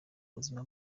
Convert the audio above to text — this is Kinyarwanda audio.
ubuzima